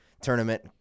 tournament